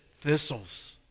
thistles